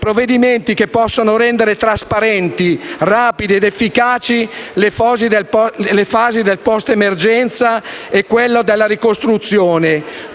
provvedimenti che possano rendere trasparenti, rapide ed efficaci le fasi del post-emergenza e della ricostruzione,